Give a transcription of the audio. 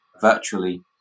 virtually